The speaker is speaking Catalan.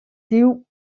diu